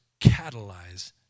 catalyze